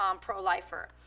pro-lifer